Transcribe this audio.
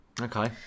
Okay